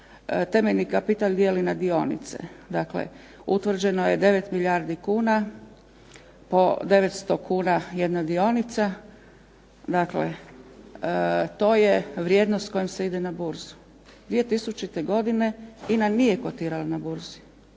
temeljni kapital dijeli na dionice dakle utvrđeno je 9 milijardi kuna, po 900 kuna jedna dionica. Dakle, to je vrijednost s kojom se ide na burzu. 2000. godine INA nije kotirala na burzi.